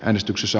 äänestyksessä